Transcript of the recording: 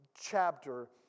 chapter